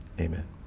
amen